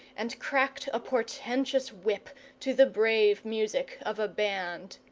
and cracked a portentous whip to the brave music of a band.